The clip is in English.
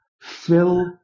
fill